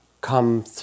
come